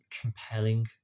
compelling